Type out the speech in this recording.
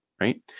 Right